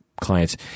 clients